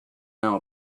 now